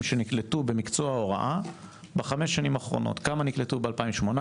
שנקלטו במקצוע ההוראה בחמש השנים האחרונות: כמה נקלטו ב-2018,